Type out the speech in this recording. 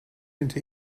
into